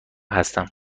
هستم